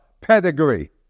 pedigree